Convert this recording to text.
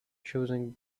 choosing